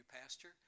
Pastor